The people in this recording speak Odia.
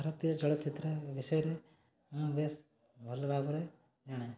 ଭାରତୀୟ ଚଳଚ୍ଚିତ୍ର ବିଷୟରେ ମୁଁ ବେଶ୍ ଭଲ ଭାବରେ ଜାଣେ